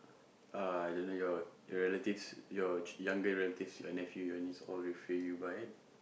uh I don't know your your relatives your younger relatives your nephew your nieces all refer you by